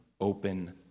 open